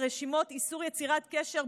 ברשימות איסור יצירת קשר,